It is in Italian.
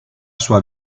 sua